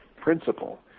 principle